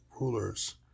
rulers